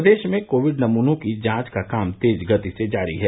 प्रदेश में कोविड नमूनों की जांच का काम तेज गति से जारी है